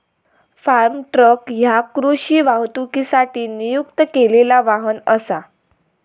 form truck ह्या कृषी वाहतुकीसाठी नियुक्त केलेला वाहन असा